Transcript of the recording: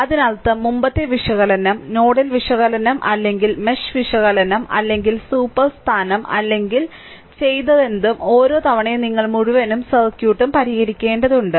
അതിനർത്ഥം മുമ്പത്തെ വിശകലനം നോഡൽ വിശകലനം അല്ലെങ്കിൽ മെഷ് വിശകലനം അല്ലെങ്കിൽ സൂപ്പർ സ്ഥാനം അല്ലെങ്കിൽ ചെയ്തതെന്തും ഓരോ തവണയും നിങ്ങൾ മുഴുവൻ സർക്യൂട്ടും പരിഹരിക്കേണ്ടതുണ്ട്